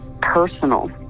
personal